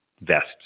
vests